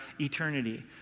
eternity